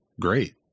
great